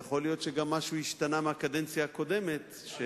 וגם יכול להיות שמשהו השתנה מהקדנציה הקודמת.